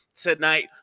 tonight